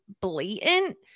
blatant